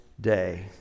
day